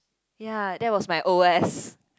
ya that was my O_S